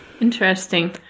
Interesting